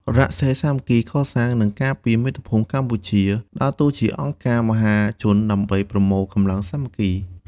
រណសិរ្សសាមគ្គីកសាង និងការពារមាតុភូមិកម្ពុជា ដើរតួជាអង្គការមហាជនដើម្បីប្រមូលកម្លាំងសាមគ្គី។